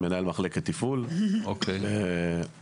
מחלקת תפעול במרחב.